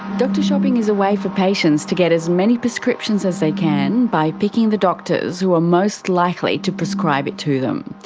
doctor shopping is a way for patients to get as many prescriptions as they can, by picking the doctors who are most likely to prescribe it to them.